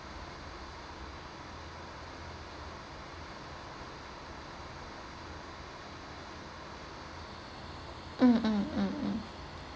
mm mm mm mm